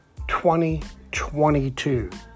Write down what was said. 2022